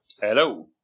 Hello